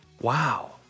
Wow